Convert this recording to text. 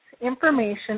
information